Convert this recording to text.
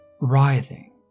writhing